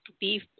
beef